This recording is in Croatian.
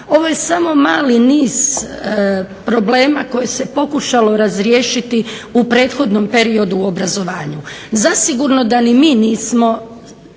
ovo je samo mali niz problema koje se pokušalo razriješiti u prethodnom periodu u obrazovanju. Zasigurno da ni mi nismo